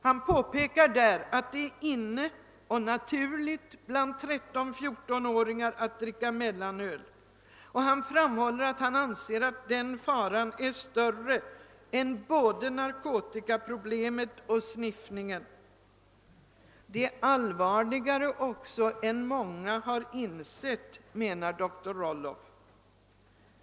Han påpekar där, att det är inne och naturligt bland 13—14-åringar att dricka mellanöl, och han framhåller att han anser att den faran är större än både narkotikaproblemet och sniffningen. Faran är allvarligare än många har insett, menar dr Rollof.